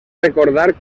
recordar